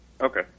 Okay